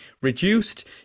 reduced